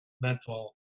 mental